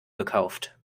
gekauft